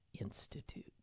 Institute